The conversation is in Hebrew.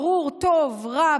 ברור טוב-רע,